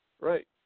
right